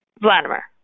Vladimir